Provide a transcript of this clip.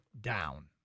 down